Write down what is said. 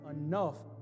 enough